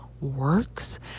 works